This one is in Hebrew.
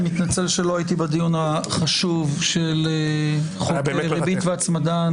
אני מתנצל שלא הייתי בדיון החשוב של חוק ריבית והצמדה.